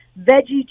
veggie